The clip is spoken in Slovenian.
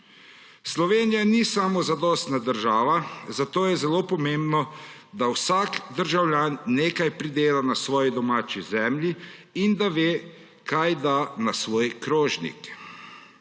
Slovenija ni samozadostna država, zato je zelo pomembno, da vsak državljan nekaj pridela na svoji domači zemlji in da ve, kaj da na svoj krožnik.